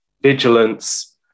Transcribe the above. vigilance